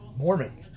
Mormon